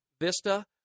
Vista